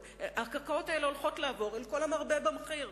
הקרקעות האלה הולכות לעבור אל כל המרבה במחיר,